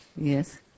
yes